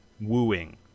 wooing